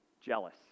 Jealous